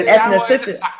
ethnicity